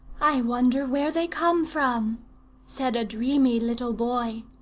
i wonder where they come from said a dreamy little boy.